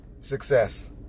success